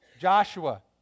Joshua